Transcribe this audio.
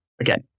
Again